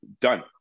done